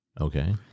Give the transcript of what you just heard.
Okay